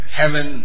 heaven